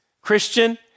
Christian